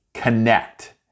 connect